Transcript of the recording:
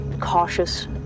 cautious